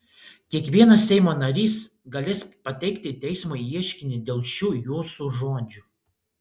kiekvienas seimo narys galės pateikti teismui ieškinį dėl šių jūsų žodžių